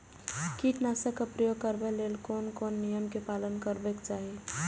कीटनाशक क प्रयोग करबाक लेल कोन कोन नियम के पालन करबाक चाही?